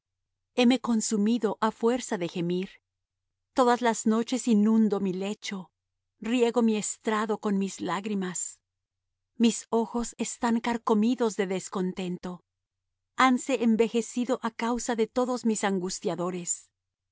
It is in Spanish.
heme consumido á fuerza de gemir todas las noches inundo mi lecho riego mi estrado con mis lágrimas mis ojos están carcomidos de descontento hanse envejecido á causa de todos mis angustiadores